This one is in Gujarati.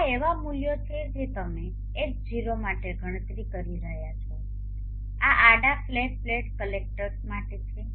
આ એવા મૂલ્યો છે જે તમે H0 માટે ગણતરી કરી રહ્યા છે આ આડા ફ્લેટ પ્લેટ કલેક્ટર્સ માટે છે